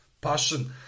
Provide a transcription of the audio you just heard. Passion